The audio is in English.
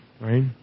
right